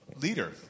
leader